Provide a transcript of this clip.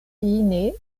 fine